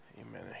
Amen